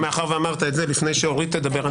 לפני שאורית תדבר,